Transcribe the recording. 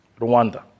Rwanda